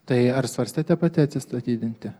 tai ar svarstėte pati atsistatydinti